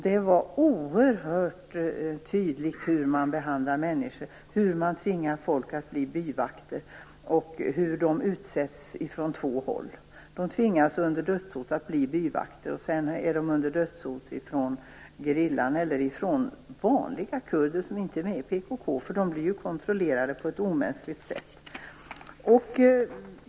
Det var oerhört tydligt hur man behandlade människor. Man tvingade människor att bli byvakter, och de utsattes från två håll. De tvingades under dödshot att bli byvakter. Sedan var de under dödshot från gerillan eller från vanliga kurder som inte är medlemmar i PKK. De blir kontrollerade på ett omänskligt sätt.